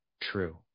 true